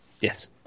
Yes